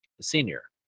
Senior